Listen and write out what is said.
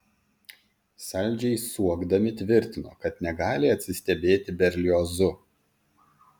saldžiai suokdami tvirtino kad negali atsistebėti berliozu